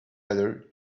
letter